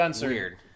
weird